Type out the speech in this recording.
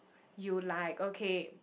you like okay